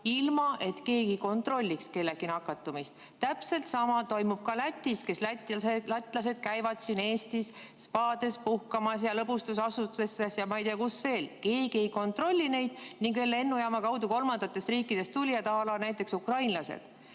ilma et keegi kontrolliks kellegi nakatumist. Täpselt sama toimub ka Läti puhul. Lätlased käivad Eestis spaades puhkamas ja lõbustusasutustes ja ma ei tea, kus veel. Keegi ei kontrolli neid. Ning siis on veel lennujaama kaudu kolmandatest riikidest tulijad, näiteks ukrainlased.